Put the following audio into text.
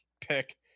pick